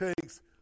takes